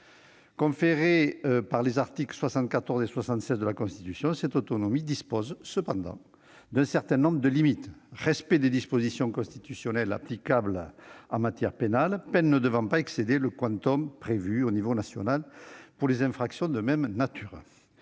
Conférée par les articles 74 et 76 de la Constitution, cette autonomie connaît cependant un certain nombre de limites : respect des dispositions constitutionnelles applicables en matière pénale, peines ne devant pas excéder le prévu au niveau national pour les infractions de même nature